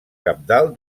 cabdal